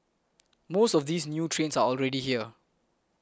most of these new trains are already here